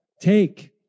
take